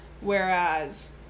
Whereas